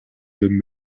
дем